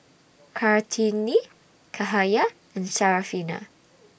Kartini Cahaya and Syarafina